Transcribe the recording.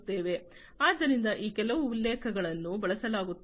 ಆದ್ದರಿಂದ ಈ ಕೆಲವು ಉಲ್ಲೇಖಗಳನ್ನು ಬಳಸಲಾಗುತ್ತದೆ